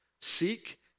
Seek